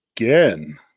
again